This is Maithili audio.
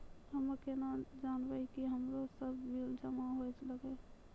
हम्मे केना जानबै कि हमरो सब बिल जमा होय गैलै?